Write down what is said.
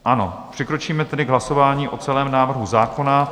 Ano, přikročíme tedy k hlasování o celém návrhu zákona.